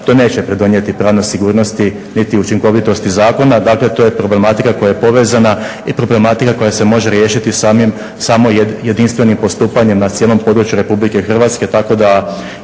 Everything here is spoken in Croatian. To neće pridonijeti pravnoj sigurnosti niti učinkovitosti zakona. Dakle, to je problematika koja je povezana i problematika koja se može riješiti samo jedinstvenim postupanjem na cijelom području Republike Hrvatske tako da